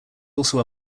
also